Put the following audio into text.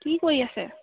কি কৰি আছে